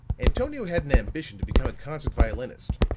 antonio had an ambition to become a concert violinist.